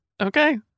Okay